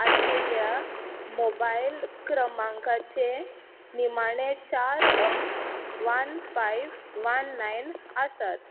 आशिल्ल्या मोबायल क्रमांकाचे निमाणें चार अंक वन फायफ वन नायन आसात